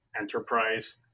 enterprise